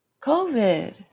COVID